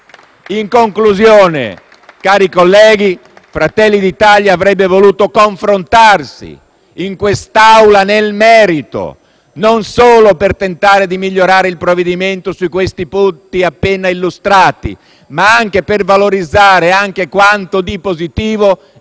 In conclusione, cari colleghi, Fratelli d'Italia avrebbe voluto confrontarsi in quest'Aula nel merito, non solo per tentare di migliorare il provvedimento su questi punti appena illustrati, ma per valorizzare anche quanto di positivo contiene.